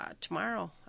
tomorrow